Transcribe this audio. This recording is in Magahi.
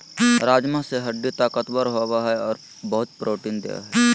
राजमा से हड्डी ताकतबर होबो हइ और बहुत प्रोटीन देय हई